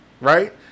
right